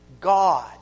God